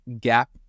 gap